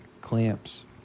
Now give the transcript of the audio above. Clamps